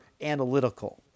analytical